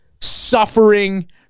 suffering